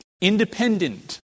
independent